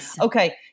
okay